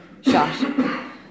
shot